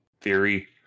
theory